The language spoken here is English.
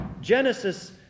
Genesis